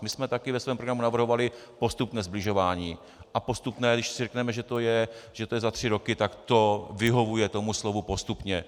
My jsme také ve svém programu navrhovali postupné sbližování, a postupné když si řekneme, že je to za tři roky tak to vyhovuje tomu slovu postupně.